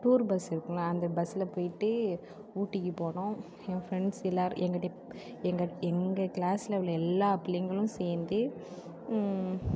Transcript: tour bus இருக்கும்ல அந்த பஸ்ஸில் போய்ட்டு ஊட்டிக்குப் போனோம் என் ஃப்ரெண்ட்ஸ் எல்லோரும் எங்கள் எங்கள் எங்கள் கிளாஸில் உள்ள எல்லா பிள்ளைங்களும் சேர்ந்து